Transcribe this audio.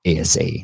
asa